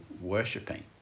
worshipping